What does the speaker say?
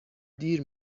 دیر